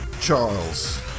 Charles